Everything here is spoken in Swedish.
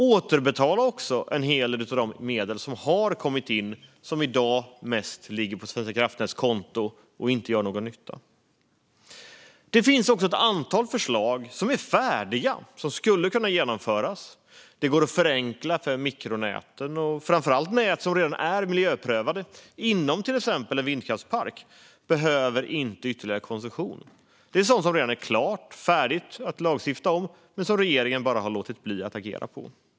Återbetala också en hel del av de medel som har kommit in och som i dag mest ligger på Svenska kraftnäts konto och inte gör någon nytta! Det finns också ett antal förslag som är färdiga och som skulle kunna genomföras. Det går att förenkla för mikronäten och framför allt för nät som redan är miljöprövade, till exempel inom en vindkraftspark. De behöver inte ytterligare koncession. Det är sådant som redan är klart, färdigt att lagstifta om, men som regeringen bara har låtit bli att agera på.